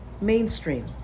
Mainstream